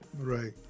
Right